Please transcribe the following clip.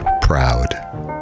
proud